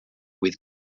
with